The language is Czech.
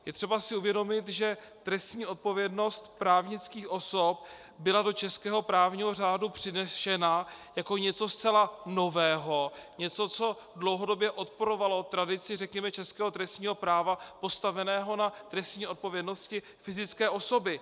Je třeba si uvědomit, že trestní odpovědnost právnických osob byla do českého právního řádu přinesena jako něco zcela nového, něco, co dlouhodobě odporovalo tradici, řekněme, českého trestního práva postaveného na trestní odpovědnosti fyzické osoby.